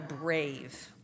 brave